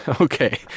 Okay